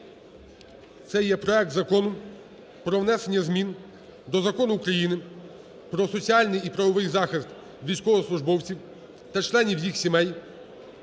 це є проект Закону про внесення змін до Закону України "Про соціальний і правовий захист військовослужбовців та членів їх сімей"